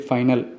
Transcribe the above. Final